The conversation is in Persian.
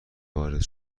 وارد